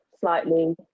slightly